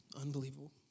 Unbelievable